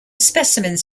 specimens